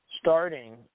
starting